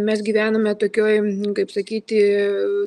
mes gyvename tokioj kaip sakyti